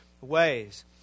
ways